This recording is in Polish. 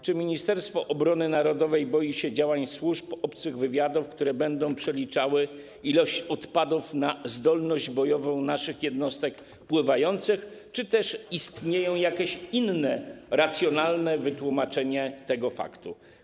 Czy ministerstwo obrony narodowej boi się działań służb obcych wywiadów, które będą przeliczały ilość odpadów na zdolność bojową naszych jednostek pływających, czy też istnieje jakieś inne, racjonalne wytłumaczenie tego faktu?